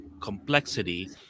complexity